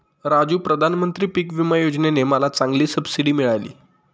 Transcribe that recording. राजू प्रधानमंत्री पिक विमा योजने ने मला चांगली सबसिडी मिळाली